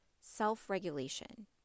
Self-regulation